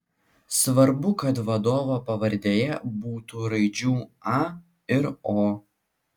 svarbu kad vadovo pavardėje būtų raidžių a ir o